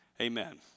Amen